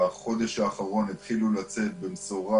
בחודש האחרון התחילו לצאת במשורה